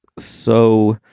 so.